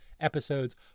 episode's